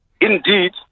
Indeed